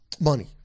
Money